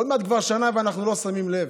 עוד מעט כבר שנה, ואנחנו לא שמים לב.